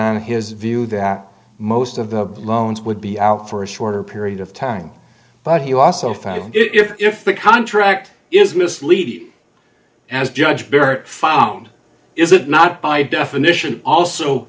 on his view that most of the loans would be out for a shorter period of time but he also five if the contract is misleading as judge bear found is it not by definition also